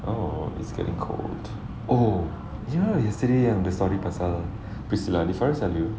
oh it's getting cold oh ya yesterday yang the story pasal priscilla did faris tell you